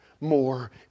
more